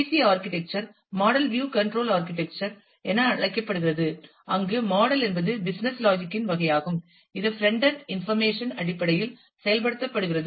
C architecture model view control architecture என அழைக்கப்படுகிறது அங்கு மாடல் என்பது பிசினஸ் லாஜிக் இன் வகையாகும் இது பிரெண்ட்ண்ட் இன்பர்மேஷன் அடிப்படையில் செயல்படுத்தப்படுகிறது